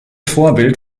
vorbild